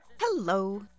Hello